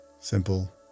simple